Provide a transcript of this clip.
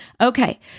Okay